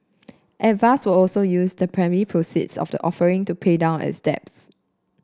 avast will also use the primary proceeds of the offering to pay down its debt